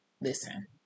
Listen